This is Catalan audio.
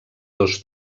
dos